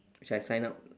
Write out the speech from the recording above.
which I signed up